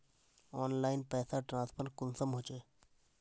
Online पैसा transfer कुंसम होचे?